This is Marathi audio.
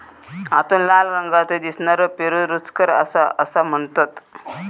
आतून लाल रंगाचो दिसनारो पेरू रुचकर असता असा म्हणतत